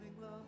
love